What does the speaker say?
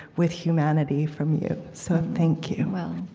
with humanity, from you. so thank you well,